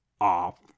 off